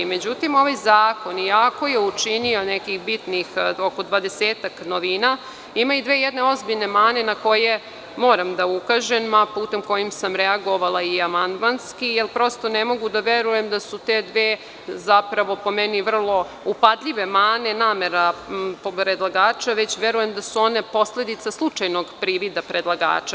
Međutim, ovaj zakon iako je učinio nekih bitnih oko 20-ak novina ima i dve jedne ozbiljne mane na koje moram da ukažem, a putem kojim se reagovala je i amandmanski, jer prosto ne mogu da verujem da su te dve, po meni, upadljive mane, namera predlagača, već verujem da su one posledica slučajnog privida predlagača.